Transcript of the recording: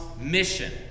mission